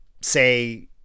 say